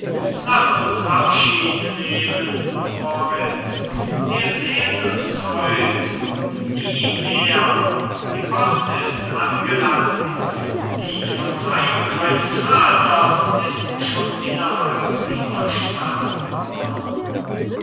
laß uns abschied nehmen moriz wir sehen uns heut und nie mehr die post ist angelangt die verzeihung meines vaters ist schon innerhalb dieser stadtmauren